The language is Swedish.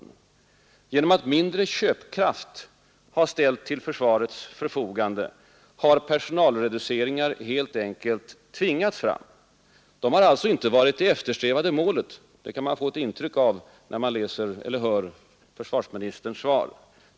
Genom att mindre köpkraft har ställts till försvarets förfogande har personalreduceringar helt enkelt tvingats fram. De har alltså inte varit det eftersträvade målet, något som man kan få ett intryck av när man hör försvarsministerns svar.